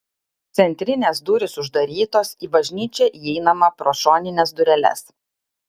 centrinės durys uždarytos į bažnyčią įeinama pro šonines dureles